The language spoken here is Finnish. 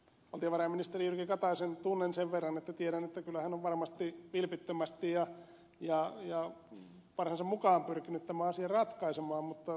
valtiovarainministeri jyrki kataisen tunnen sen verran että tiedän että kyllä hän on varmasti vilpittömästi ja parhaansa mukaan pyrkinyt tämän asian ratkaisemaan mutta kuten ed